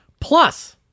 plus